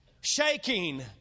shaking